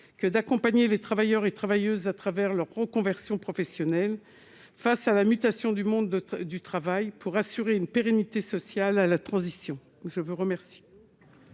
que d'accompagner les travailleurs et travailleuses à travers leur reconversion professionnelle face à la mutation du monde du travail pour assurer une pérennité sociale à la transition, je vous remercie.